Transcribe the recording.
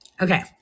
Okay